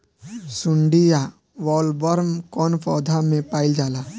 सुंडी या बॉलवर्म कौन पौधा में पाइल जाला?